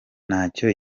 ntacyo